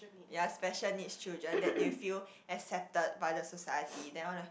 ya special needs children that they will feel accepted by the society then all the